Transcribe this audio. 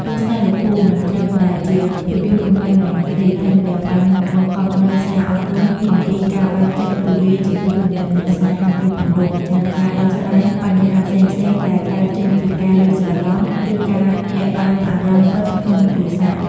"លង់ស្នេហ៍លោកពូ" មិនត្រឹមតែជាភាពយន្តកំប្លែងប៉ុណ្ណោះទេ ថែមទាំងបានបង្កប់នូវសារអប់រំអំពីការបើកចិត្តទូលាយចំពោះទំនាក់ទំនងស្នេហាគ្រប់ទម្រង់ និងការដោះស្រាយបញ្ហាផ្សេងៗដែលកើតចេញពីការយល់ច្រឡំ ឬការលាក់បាំងអារម្មណ៍ពិតក្នុងគ្រួសារ។